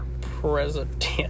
president